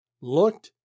looked